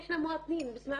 יש נציגה של משרד הפנים שיושבת.